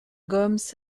gomes